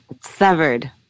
Severed